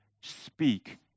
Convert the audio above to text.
speak